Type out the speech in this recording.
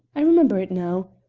i remember it now.